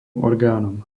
orgánom